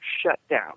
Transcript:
shutdown